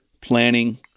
planning